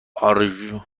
آرژول